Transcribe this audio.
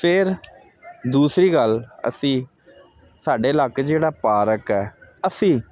ਫੇਰ ਦੂਸਰੀ ਗੱਲ ਅਸੀਂ ਸਾਡੇ ਇਲਾਕੇ ਚ ਜਿਹੜਾ ਪਾਰਕ ਹ ਅਸੀਂ